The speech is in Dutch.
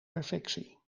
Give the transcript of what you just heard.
perfectie